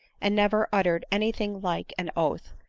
and never uttered any thing like an oath,